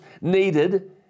needed